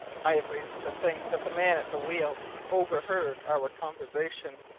i have reason to think that the man at the wheel overheard our conversation.